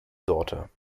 daughter